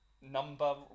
number